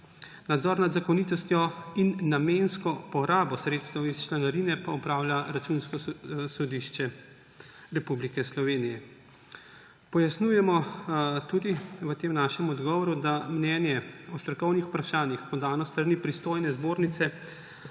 Nadzor nad zakonitostjo in namensko porabo sredstev iz članarine pa opravlja Računsko sodišče Republike Slovenije. Pojasnjujemo tudi v tem našem odgovoru, da mnenje o strokovnih vprašanjih, podano s strani pristojne zbornice,